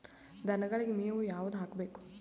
ದನಗಳಿಗೆ ಮೇವು ಯಾವುದು ಹಾಕ್ಬೇಕು?